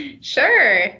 Sure